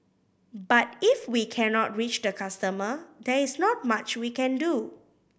but if we cannot reach the customer there is not much we can do